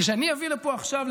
כשאני אביא לפה עכשיו,